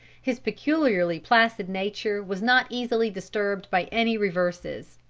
his peculiarly placid nature was not easily disturbed by any reverses.